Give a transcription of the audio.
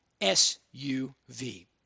SUV